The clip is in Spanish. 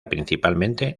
principalmente